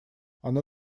оно